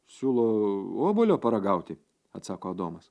siūlo obuolio paragauti atsako adomas